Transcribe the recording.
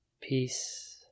Peace